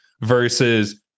versus